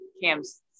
Cam's